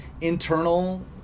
internal